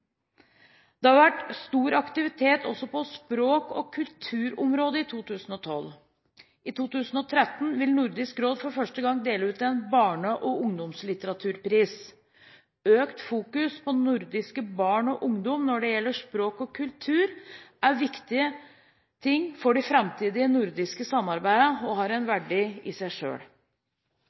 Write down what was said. Det har vært stor aktivitet også på språk- og kulturområdet i 2012. I 2013 vil Nordisk råd for første gang dele ut en barne- og ungdomslitteraturpris. Økt fokus på nordiske barn – og ungdom – når det gjelder språk og kultur, er viktig for det framtidige nordiske samarbeidet og har en verdi i seg